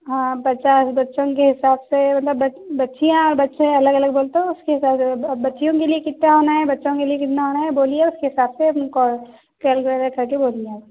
ہاں پچا ہے بچوں کے حساب سے مطلب بچیاں بچے الگ الگ بول تو اس کے حساب سے اب بچیوں کے لیے کتنا ہونا ہے بچوں کے لیے کتنا ہونا ہے بولیے اس کے حساب سے